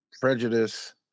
prejudice